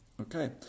Okay